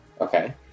Okay